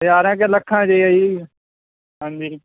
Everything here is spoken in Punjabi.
ਹਜ਼ਰਾਂ ਕਿਆ ਲੱਖਾਂ 'ਚ ਹੈ ਜੀ ਹਾਂਜੀ